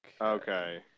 Okay